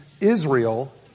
Israel